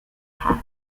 pass